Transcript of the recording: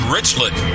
Richland